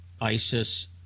ISIS